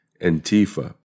Antifa